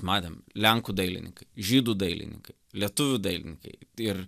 matėm lenkų dailininkai žydų dailininkai lietuvių dailininkai ir